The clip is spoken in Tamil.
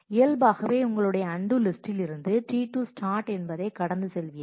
இயல்பாகவே உங்களுடைய அன்டூ லிஸ்டில் இருந்து T2 start என்பதை கடந்து செல்வீர்கள்